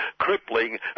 crippling